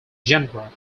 genera